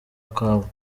akabo